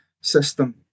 system